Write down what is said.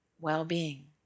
well-being